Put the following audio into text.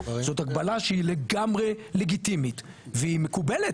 זאת הגבלה שהיא לגמרי לגיטימית והיא מקובלת,